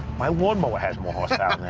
my lawnmower has more horsepower than that.